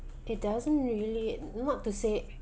it doesn't really not to say